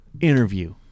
interview